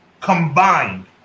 combined